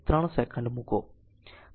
3 second મૂકો